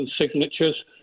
signatures